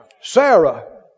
Sarah